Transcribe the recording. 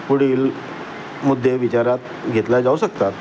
पुढील मुद्दे विचारात घेतले जाऊ शकतात